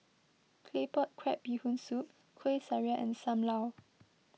Claypot Crab Bee Hoon Soup Kueh Syara and Sam Lau